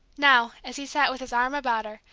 now, as he sat with his arm about her,